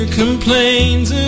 complains